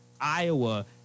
Iowa